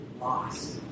lost